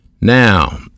Now